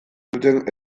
duten